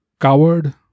coward